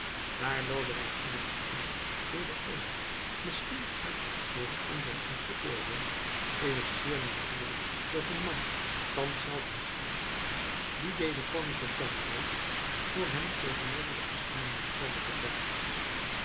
daar lodewijk filips streng door de eenen misschien hard door de anderen is beoordeeld is het zeer natuurlijk dat een man thans zelf een schim die dezen koning gekend heeft voor hem tegenover de geschiedenis kome getuigen